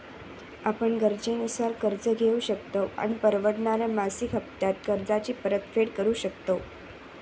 आपण गरजेनुसार कर्ज घेउ शकतव आणि परवडणाऱ्या मासिक हप्त्त्यांत कर्जाची परतफेड करु शकतव